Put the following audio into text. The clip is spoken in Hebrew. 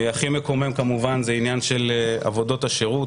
הכי מקומם כמובן זה העניין של עבודות השירות.